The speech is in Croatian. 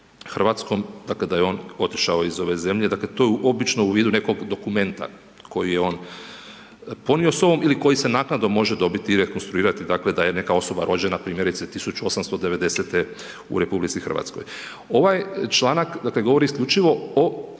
sa RH, dakle da je on otišao iz ove zemlje, to je obično u vidu nekog dokumenta koji je on ponio sobom ili koji se naknadno može dobiti, rekonstruirati dakle, da je neka osoba rođena primjerice 1890. u RH. Ovaj članak govori isključivo o